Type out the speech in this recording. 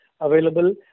available